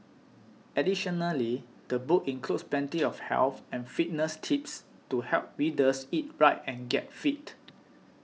additionally the book includes plenty of health and fitness tips to help readers eat right and get fit